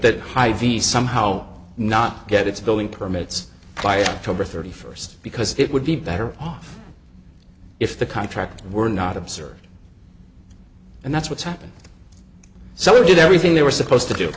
that hides the somehow not get its building permits prior to over thirty first because it would be better off if the contract were not observed and that's what's happened so did everything they were supposed to do